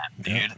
dude